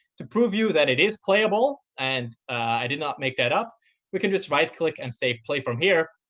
to prove to you that it is playable and i did not make that up we can just right click and save play from here.